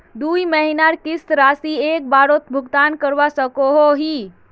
दुई महीनार किस्त राशि एक बारोत भुगतान करवा सकोहो ही?